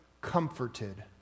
comforted